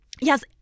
yes